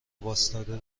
واستاده